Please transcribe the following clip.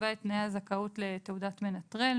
חברת הכנסת לימור מגן תלם וחברת הכנסת אלינה ברדץ' יאלוב,.